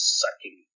sucking